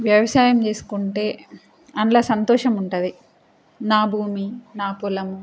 వ్యవసాయం చేసుకుంటే అందులో సంతోషం ఉంటుంది నా భూమి నా పొలం